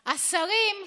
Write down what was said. השרים,